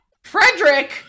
FREDERICK